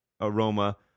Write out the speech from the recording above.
aroma